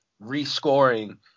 rescoring